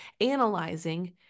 analyzing